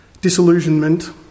disillusionment